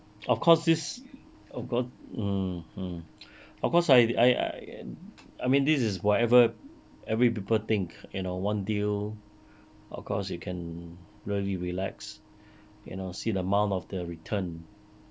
of course this of cour~ mm of course I I I en~ I mean this is whatever every people think you know one deal of course you can really relax you know see the amount of return